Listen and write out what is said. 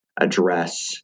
address